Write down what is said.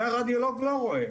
את זה הרדיולוג לא רואה.